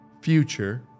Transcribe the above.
future